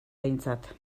behintzat